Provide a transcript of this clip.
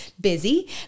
busy